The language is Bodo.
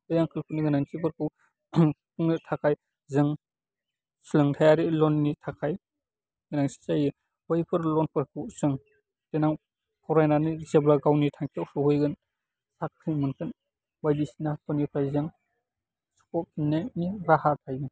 बे आंखालफोरनि गोनांथिफोरखौ सुफुंनो थाखाय जों सोलोंथाइयारि लन नि थाखाय गोनांथि जायो बैफोर लन फोरखौ जों देनां फरायनानै जेब्ला गावनि थांखियाव सहैगोन साख्रि मोनगोन बायदिसिनाफोरनिफ्राय जों सुख' फिन्नायनि राहा थायो